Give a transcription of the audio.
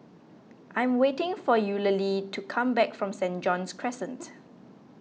I am waiting for Eulalie to come back from Stain John's Crescent